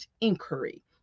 inquiry